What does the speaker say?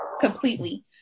completely